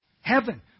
Heaven